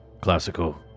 classical